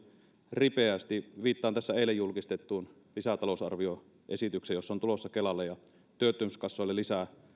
ripeästi viittaan tässä eilen julkistettuun lisätalousarvioesitykseen jossa on tulossa kelalle ja työttömyyskassoille lisää